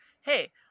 hey